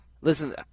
Listen